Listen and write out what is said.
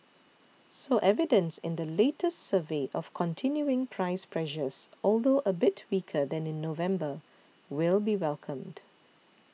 so evidence in the latest survey of continuing price pressures although a bit weaker than in November will be welcomed